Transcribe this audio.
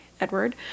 Edward